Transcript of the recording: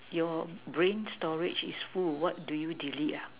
your brain storage is full what do you delete